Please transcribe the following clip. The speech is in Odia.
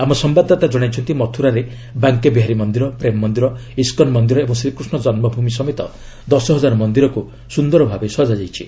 ଆମ ସମ୍ଭାଦଦାତା ଜଣାଇଛନ୍ତି ମଥୁରାରେ ବାଙ୍କେ ବିହାରୀ ମନ୍ଦିର ପ୍ରେମ୍ ମନ୍ଦିର ଇସ୍କନ୍ ମନ୍ଦିର ଏବଂ ଶ୍ରୀକୃଷ୍ଣ ଜନ୍ମଭୂମୀ ସମେତ ଦଶ ହଜାର ମନ୍ଦିରକୁ ସୁନ୍ଦର ଭାବେ ସଜା ଯାଇଛି